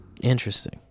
Interesting